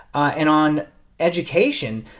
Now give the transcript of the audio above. and on education,